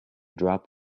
drop